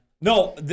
No